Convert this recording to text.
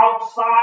outside